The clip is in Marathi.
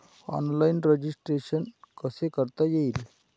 ऑनलाईन रजिस्ट्रेशन कसे करता येईल?